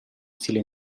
stile